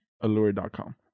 Allure.com